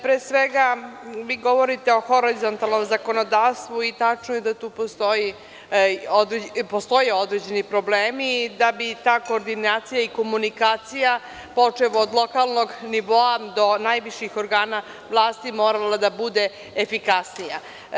Pre svega, vi govorite o horizontalnom zakonodavstvu i tačno je da tu postoje određeni problemi i da bi ta koordinacija i komunikacija, počev od lokalnog nivoa do najviših organa vlasti, morala da bude efikasnija.